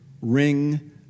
ring